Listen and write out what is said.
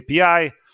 API